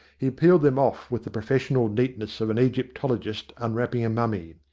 he peeled them off with the professional neatness of an egyptologist unwrapping a mummy.